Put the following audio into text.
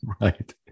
Right